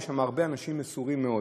יש שם הרבה אנשים מסורים מאוד,